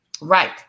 Right